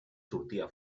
sortia